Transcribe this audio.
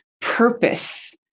purpose